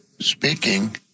speaking